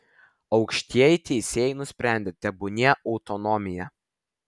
aukštieji teisėjai nusprendė tebūnie autonomija